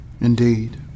indeed